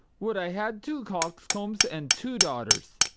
would i had two coxcombs and two daughters!